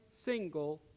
single